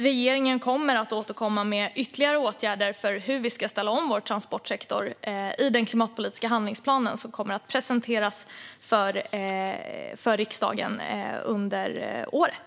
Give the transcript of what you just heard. Regeringen kommer att återkomma med ytterligare åtgärder för att ställa om vår transportsektor i den klimatpolitiska handlingsplanen, som kommer att presenteras för riksdagen under året.